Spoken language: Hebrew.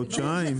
חודשיים?